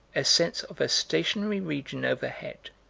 a sense of a stationary region overhead,